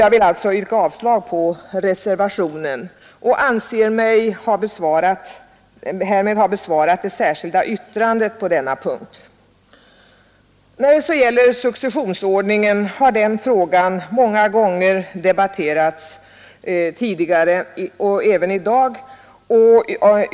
Jag vill därför yrka avslag på reservationen och anser mig därmed även ha besvarat det Successionsordningen har debatterats många gånger tidigare och även i dag.